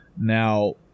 Now